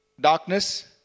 darkness